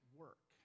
work